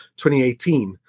2018